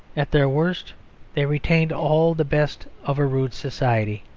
at their worst they retained all the best of a rude society.